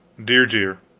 dear, dear,